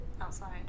outside